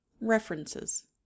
References